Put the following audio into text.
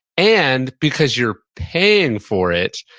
and because you're paying for it,